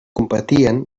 competien